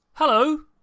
Hello